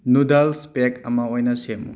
noodles pack ꯑꯃ ꯑꯣꯏꯅ ꯁꯦꯝꯃꯨ